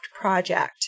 project